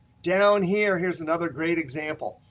down here, here's another great example.